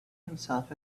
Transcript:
himself